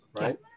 right